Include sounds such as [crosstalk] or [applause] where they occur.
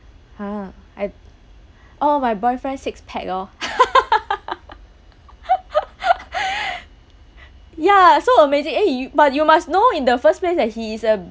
ha I oh my boyfriend's six pack orh [laughs] ya so amazing eh y~ but you must know in the first place he is a